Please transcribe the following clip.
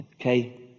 okay